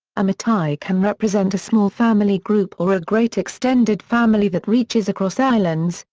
a matai can represent a small family group or a great extended family that reaches across islands,